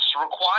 required